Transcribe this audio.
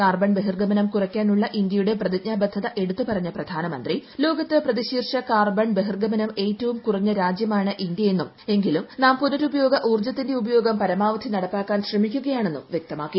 carbon ബഹിർഗമനം കുറയ്ക്കാനുള്ള ഇന്ത്യയുടെ പ്രതിജ്ഞാബദ്ധത എടുത്തു പറഞ്ഞ പ്രധാനമന്ത്രി ലോകത്ത് പ്രതിശീർഷ കാർബൺ ബഹിർഗമനം ഏറ്റവും കുറഞ്ഞ രാജ്യമാണ് ഇന്ത്യ എന്നും എങ്കിലും നാം പുനരുപയോഗ ഊർജ്ജത്തിന് ഉപയോഗം പരമാവധി നടപ്പാക്കാൻ ശ്രമിക്കുകയാണെന്നും വ്യക്തമാക്കി